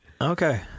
okay